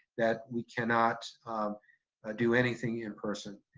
that we cannot do anything in-person.